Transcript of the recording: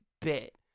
bit